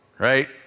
Right